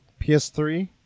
PS3